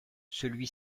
celui